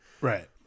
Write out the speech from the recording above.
Right